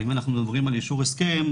ואם אנחנו מדברים על אישור הסכם,